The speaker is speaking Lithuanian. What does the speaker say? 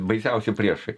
baisiausi priešai